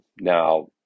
Now